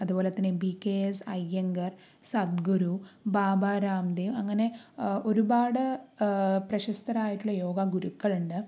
അതുപോലെ തന്നെ B K S Iyengar Sadhguru Baba Ramdev അങ്ങനെ ഒരുപാട് പ്രശസ്തരായിട്ടുള്ള യോഗ ഗുരുക്കളുണ്ട്